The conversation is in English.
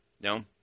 No